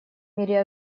мире